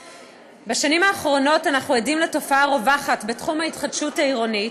בשנים האחרונות אנחנו עדים לתופעה הרווחת בתחום ההתחדשות העירונית,